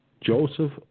Joseph